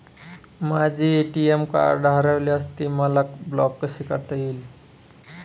माझे ATM card हरविल्यास ते मला ब्लॉक कसे करता येईल?